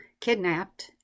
kidnapped